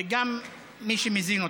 וגם של מי שמזין אותה.